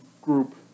group